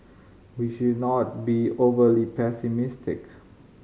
we should not be overly pessimistic